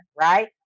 Right